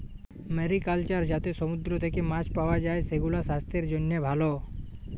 mariculture যাতে সমুদ্র থেক্যে মাছ পাওয়া যায়, সেগুলাসাস্থের জন্হে ভালো